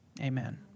Amen